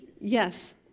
yes